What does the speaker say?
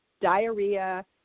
diarrhea